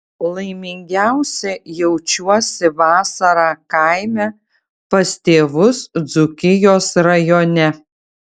laimingiausia jaučiuosi vasarą kaime pas tėvus dzūkijos rajone